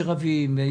שרבים עליה.